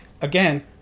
again